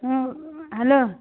ಹ್ಞೂ ಹಲೋ